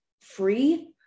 free